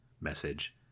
message